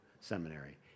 seminary